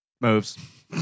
moves